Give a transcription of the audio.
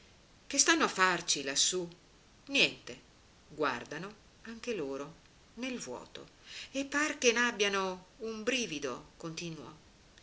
che stanno a farci lassù niente guardano anche loro nel vuoto e par che n'abbiano un brivido continuo